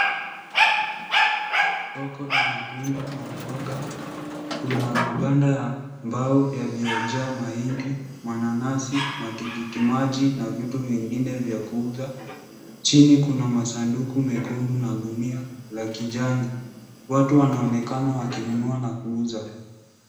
Soko la matunda na mboga. Kuna mabanda ya mbao yaliyojaa mahindi, mananasi, matikiti maji na vitu vingine vya kuuza. Chini kuna masanduku mekundu na gunia la kijani. Watu wanaonekana wakinunua na kuuza.